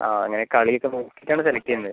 ആ അങ്ങനെ കളി ഒക്കെ നോക്കിയിട്ട് ആണ് സെലക്ട് ചെയ്യുന്നത്